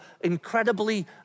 incredibly